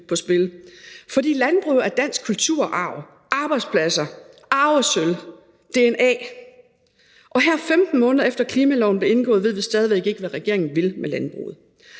på spil; for landbruget er dansk kulturarv, arbejdspladser, arvesølv, dna. Her 15 måneder efter at klimaloven blev vedtaget, ved vi stadig væk ikke, hvad regeringen vil med landbruget.